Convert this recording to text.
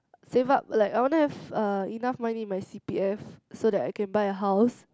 save up like I wanna have uh enough money in my C_P_F so that I can buy a house